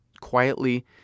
quietly